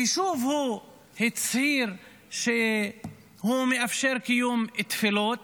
ושוב הוא הצהיר שהוא מאפשר קיום תפילות